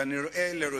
כנראה לרציחתו.